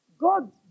God